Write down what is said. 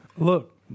Look